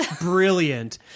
brilliant